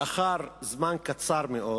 לאחר זמן קצר מאוד